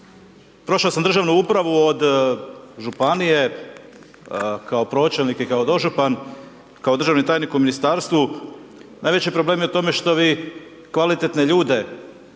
Prošao sam državu upravu od županije, kao pročelnik i kao dožupan, kao državni tajnik u ministarstvu, najveći problem je u tome što vi, kvalitetne ljude